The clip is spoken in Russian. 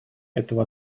этого